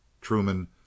Truman